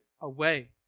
away